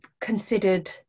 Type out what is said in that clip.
considered